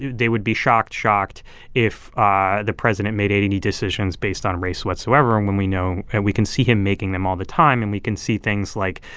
they would be shocked-shocked if ah the president made any decisions based on race whatsoever and when we know and we can see him making them all the time. and we can see things like